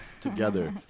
together